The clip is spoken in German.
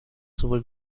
sowohl